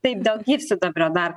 taip dėl gyvsidabrio dar